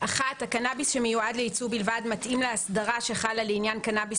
הקנאביס שמיועד לייצוא בלבד מתאים לאסדרה שחלה לעניין קנאביס